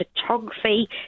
photography